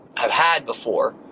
have had before.